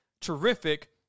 terrific